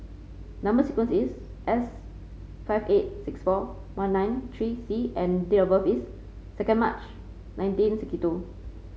number sequence is S five eight six four one nine three C and date of birth is second March nineteen sixty two